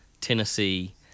Tennessee